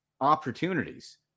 opportunities